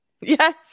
yes